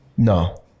No